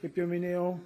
kaip jau minėjau